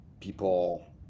people